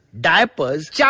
Diapers